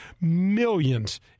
millions